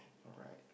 alright